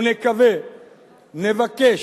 ונקווה, נבקש,